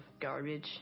garbage